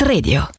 Radio